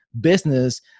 business